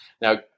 Now